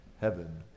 heaven